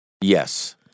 Yes